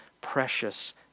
precious